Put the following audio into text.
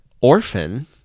Orphan